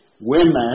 women